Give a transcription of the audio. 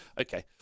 okay